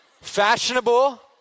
Fashionable